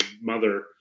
mother